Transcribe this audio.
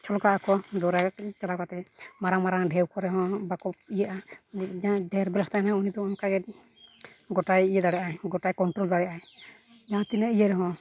ᱪᱷᱚᱞᱠᱟᱜ ᱟᱠᱚ ᱫᱚᱨᱭᱟ ᱪᱟᱞᱟᱣ ᱠᱟᱛᱮ ᱢᱟᱨᱟᱝᱼᱢᱟᱨᱟᱝ ᱰᱷᱮᱣ ᱠᱚᱨᱮ ᱦᱚᱸ ᱵᱟᱠᱚ ᱤᱭᱟᱹᱜᱼᱟ ᱢᱤᱜ ᱡᱟᱦᱟᱸᱭᱟᱜ ᱰᱷᱮᱨ ᱛᱟᱦᱮᱱ ᱛᱟᱭᱟ ᱩᱱᱤ ᱫᱚ ᱚᱱᱠᱟᱜᱮ ᱜᱚᱴᱟᱭ ᱤᱭᱟᱹ ᱫᱟᱲᱮᱭᱟᱜᱼᱟ ᱜᱚᱴᱟᱭ ᱫᱟᱲᱮᱭᱟᱜᱼᱟᱭ ᱡᱟᱦᱟᱸ ᱛᱤᱱᱟᱹᱜ ᱤᱭᱟᱹ ᱨᱮᱦᱚᱸ